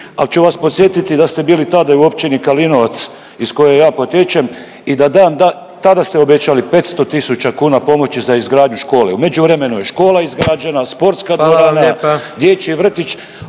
al ću vas podsjetiti da ste bili tada i u Općini Kalinovac iz koje ja potječem i tada ste obećali 500 tisuća kuna pomoći za izgradnju škole, u međuvremenu je škola izgrađena, sportska dvorana… …/Upadica